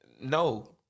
No